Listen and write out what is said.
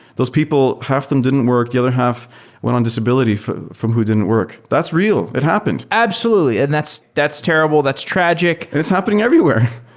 those people, half of them didn't work. the other half went on disability from from who didn't work. that's real. it happened absolutely, and that's that's terrible. that's tragic. and it's happening everywhere.